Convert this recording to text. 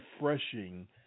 refreshing